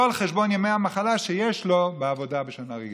לא על חשבון ימי המחלה שיש לו בעבודה בשנה רגילה.